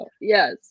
Yes